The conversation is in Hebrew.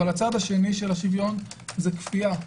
אבל הצד השני של השוויון זה כפייה.